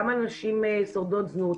גם הנשים ששורדות זנות,